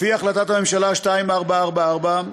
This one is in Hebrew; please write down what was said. לפי החלטת ממשלה מס' 2444,